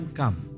come